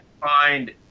find